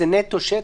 זה נטו שטח?